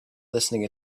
listening